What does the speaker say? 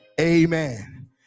amen